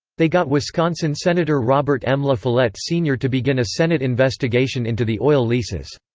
they got wisconsin senator robert m. la follette sr. to begin a senate investigation into the oil leases.